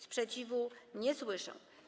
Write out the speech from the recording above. Sprzeciwu nie słyszę.